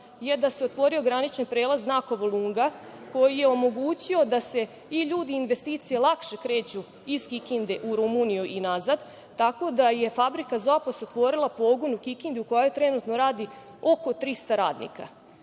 jeste da se otvorio granični prelaz Nakovo-Lunga, koji je omogućio da se i ljudi i investicije lakše kreću iz Kikinde u Rumuniju i nazad tako da je fabrika „Zopas“ otvorila pogon u Kikindi u kojoj trenutno radi oko 300 radnika.